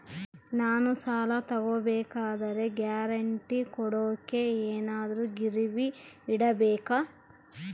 ನಾನು ಸಾಲ ತಗೋಬೇಕಾದರೆ ಗ್ಯಾರಂಟಿ ಕೊಡೋಕೆ ಏನಾದ್ರೂ ಗಿರಿವಿ ಇಡಬೇಕಾ?